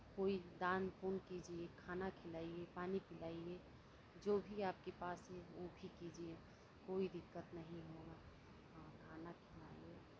कोई दान पुण्य कीजिये खाना खिलाइये पानी पिलाइये जो भी आपके पास है वो भी कीजिये कोई दिक्कत नहीं होगा आपको हाँ खाना खिलाइये